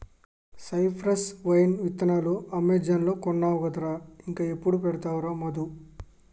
cypress vine విత్తనాలు Amazon లో కొన్నావు కదరా ఇంకా ఎప్పుడు పెడతావురా మధు